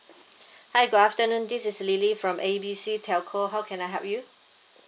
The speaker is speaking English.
hi good afternoon this is lily from A B C telco how can I help you